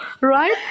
Right